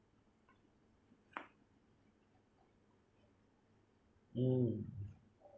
mm